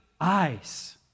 eyes